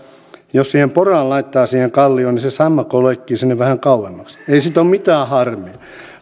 jos siihen poran laittaa siihen kallioon niin se sammakko loikkii sinne vähän kauemmaksi ei siitä ole mitään harmia